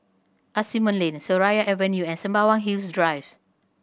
Asimont Lane Seraya Avenue and Sembawang Hills Drive